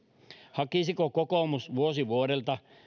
hakisiko kokoomus vuosi vuodelta